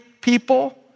people